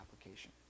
application